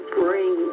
bring